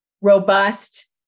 robust